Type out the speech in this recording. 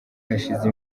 hashize